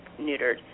neutered